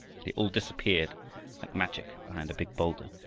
they all disappeared like magic behind a big boulder,